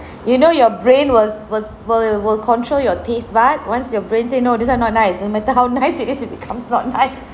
you know your brain will will will will control your taste bud once your brain said no this one not nice no matter how nice it is it becomes not nice